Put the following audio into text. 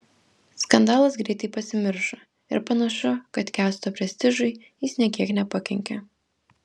skandalas greitai pasimiršo ir panašu kad kęsto prestižui jis nė kiek nepakenkė